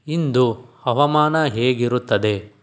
ಇಂದು ಹವಾಮಾನ ಹೇಗಿರುತ್ತದೆ